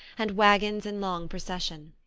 and wagons in long procession.